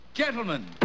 Gentlemen